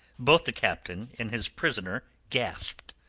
both the captain and his prisoner gasped.